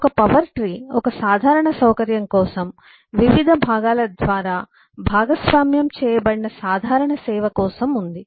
ఈ power tree ఒక సాధారణ సౌకర్యం కోసం వివిధ భాగాల ద్వారా భాగస్వామ్యం చేయబడిన సాధారణ సేవ కోసం ఉంది